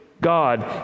God